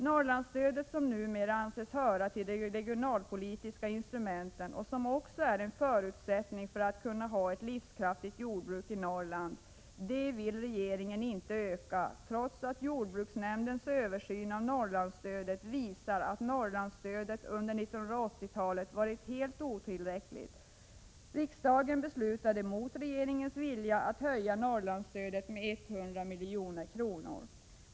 Norrlandsstödet, som numera anses höra till de regionalpolitiska instrumenten och som också är en förutsättning för att kunna ha ett livskraftigt jordbruk i Norrland, vill regeringen inte öka, trots att jordbruksnämndens översyn av Norrlandsstödet visar att Norrlandsstödet under 1980-talet varit helt otillräckligt. Riksdagen beslutade mot regeringens vilja att höja Norrlandsstödet med 100 milj.kr.